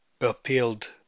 appealed